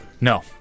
No